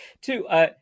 two